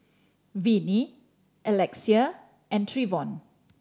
Vinnie Alexia and Trevon